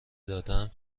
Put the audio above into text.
دادم